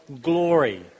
glory